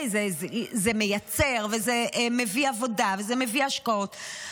זה מייצר, זה מביא עבודה, וזה מביא השקעות.